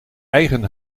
eigen